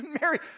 Mary